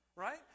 right